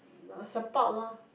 your support loh